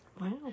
Wow